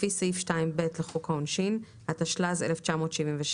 לפי סעיף 2(ב) לחוק העונשין, התשל"ז-1977,